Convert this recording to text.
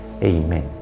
Amen